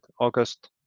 august